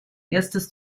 erstes